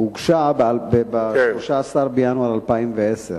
הוגשה ב-13 בינואר 2010,